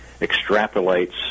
extrapolates